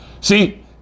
See